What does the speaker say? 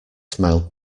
smiled